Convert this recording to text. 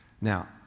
Now